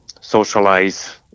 socialize